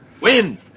win